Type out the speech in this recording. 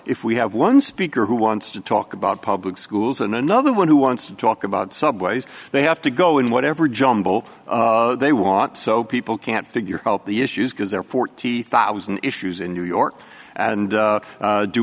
if we have one speaker who wants to talk about public schools and another one who wants to talk about subways they have to go in whatever jumble they want so people can't figure out the issues because there are fourteen thousand issues in new york and